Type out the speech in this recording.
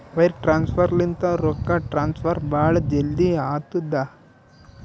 wire transfer ಲಿಂತ ರೊಕ್ಕಾ transfer ಭಾಳ್ ಜಲ್ದಿ ಆತ್ತುದ